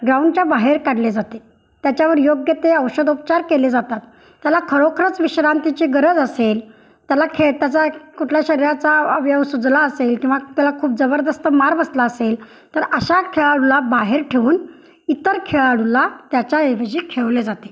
ग्राउंडच्या बाहेर काढले जाते त्याच्यावर योग्य ते औषधोपचार केले जातात त्याला खरोखरंच विश्रांतीची गरज असेल त्याला खेळ त्याचा कुठला शरीराचा अवयव सुजला असेल किंवा त्याला खूप जबरदस्त मार बसला असेल तर अशा खेळाडूला बाहेर ठेवून इतर खेळाडूला त्याच्याऐवजी खेळवले जाते